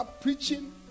preaching